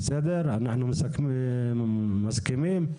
אנחנו מסכימים?